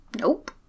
Nope